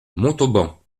montauban